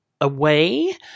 away